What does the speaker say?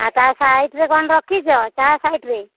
ଆଉ ତା' ସାଇଟ୍ରେ କ'ଣ ରଖିଛ ଚା' ସାଇଟ୍ରେ